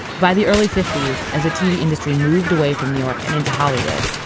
by the early fifty s as the tv industry moved away from new york and into hollywood,